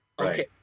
Okay